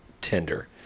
tender